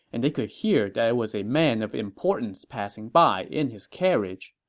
and they could hear that it was a man of importance passing by in his carriage.